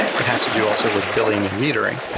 it has to do also with billing and metering.